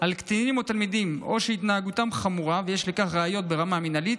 על קטינים או תלמידים או שהתנהגותם חמורה ויש לכך ראיות ברמה מינהלית,